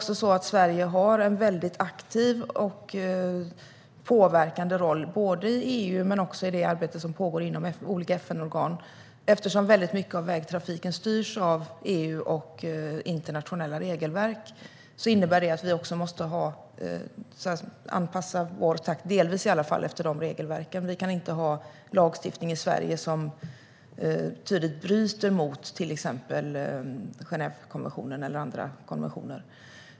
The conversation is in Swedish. Sverige har dessutom en väldigt aktiv och påverkande roll såväl i EU som i det arbete som pågår inom olika FN-organ. En stor del av vägtrafiken styrs av EU och internationella regelverk, och det innebär att vi delvis måste anpassa vår takt efter dem. Vi kan inte ha en lagstiftning i Sverige som tydligt bryter mot till exempel Genèvekonventionen eller andra konventioner.